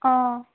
অঁ